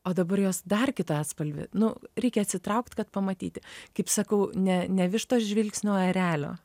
o dabar jos dar kitą atspalvį nu reikia atsitraukt kad pamatyti kaip sakau ne ne vištos žvilgsnio o erelio